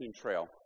trail